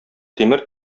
тимер